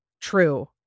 true